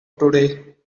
today